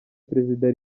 perezida